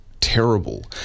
terrible